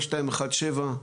5217,